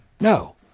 No